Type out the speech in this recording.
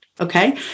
Okay